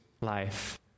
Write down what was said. life